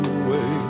away